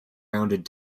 rounded